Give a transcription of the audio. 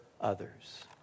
others